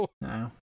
no